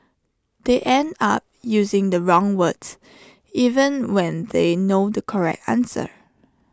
they end up using the wrong words even when they know the correct answer